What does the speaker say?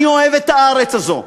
אני אוהב את הארץ הזאת.